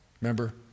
remember